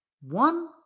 One